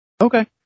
Okay